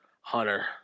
hunter